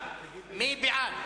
מי בעד?